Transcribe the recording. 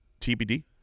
TBD